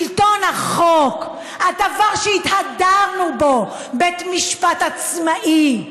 שלטון החוק, הדבר שהתהדרנו בו, בית משפט עצמאי,